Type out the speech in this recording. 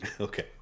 Okay